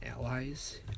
allies